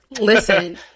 Listen